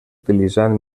utilitzant